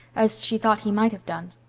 as she thought he might have done.